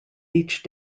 each